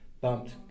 bumped